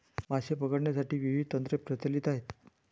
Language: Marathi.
मासे पकडण्यासाठी विविध तंत्रे प्रचलित आहेत